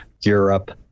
Europe